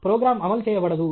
programme అమలు చేయబడదు